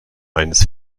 eines